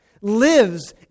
lives